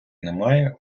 немає